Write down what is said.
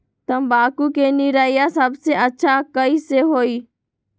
तम्बाकू के निरैया सबसे अच्छा कई से होई?